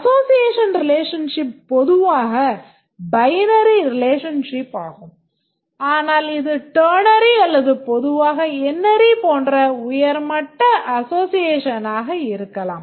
Association relationship பொதுவாக binary relationship ஆகும் ஆனால் இது ternary அல்லது பொதுவாக n ary போன்ற உயர்மட்ட அசோசியேஷனாக இருக்கலாம்